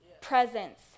presence